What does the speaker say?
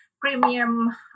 premium